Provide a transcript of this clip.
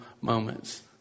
moments